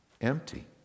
empty